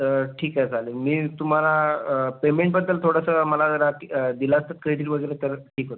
तर ठीक आहे चालेल मी तुम्हाला पेमेंटबद्दल थोडंसं मला जरा दि दिलं असतंत क्रेडीट वगैरे तर ठीक होतं